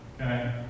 Okay